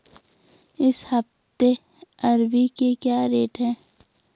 इस हफ्ते अरबी के क्या रेट हैं?